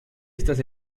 estas